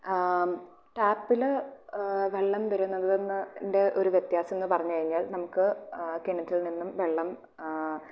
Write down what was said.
ടാപ്പിലെ വെള്ളം വരുന്നതിൻ്റെ ഒരു വ്യത്യാസം എന്ന് പറഞ്ഞ് കഴിഞ്ഞാൽ നമുക്ക് കിണറ്റിൽ നിന്നും വെള്ളം